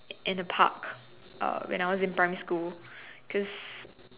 in the park uh when I was in primary school cause